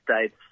States